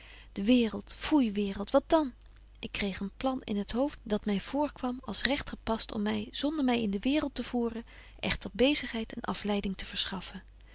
de waereld foei waereld wat dan ik kreeg een plan in het hoofd dat my voorkwam als regt gepast om my zonder my in de waereld te voeren echter bezigheid en afleiding te verschaffen